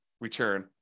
return